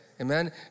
Amen